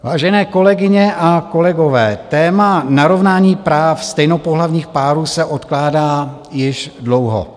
Vážené kolegyně a kolegové, téma narovnání práv stejnopohlavních párů se odkládá již dlouho.